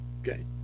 okay